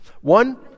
one